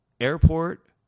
airport